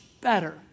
better